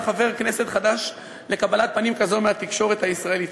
חבר כנסת חדש לקבלת פנים כזו מהתקשורת הישראלית,